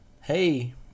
hey